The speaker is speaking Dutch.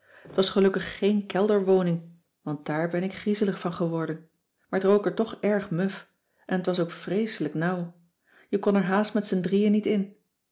t was gelukkig geen kelderwoning want daar ben ik griezelig van geworden maar t rook er toch erg muf en t was ook vreeselijk nauw je kon er haast met z'n drieëen niet in